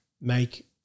make